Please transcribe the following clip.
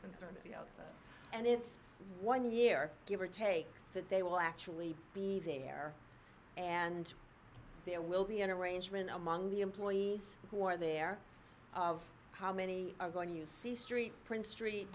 concern and it's one year give or take that they will actually be there and there will be an arrangement among the employees who are there of how many are going to see street prince street